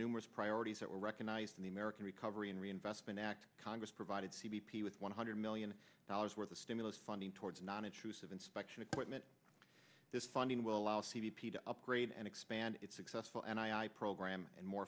numerous priorities that were recognized in the american recovery and reinvestment act congress provided c b p with one hundred million dollars worth of stimulus funding towards non intrusive inspection equipment this funding will allow c b p to upgrade and expand its successful and i program and more